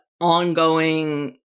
ongoing